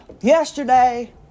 Yesterday